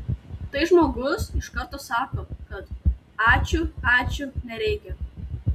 tai žmogus iš karto sako kad ačiū ačiū nereikia